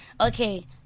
Okay